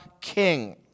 king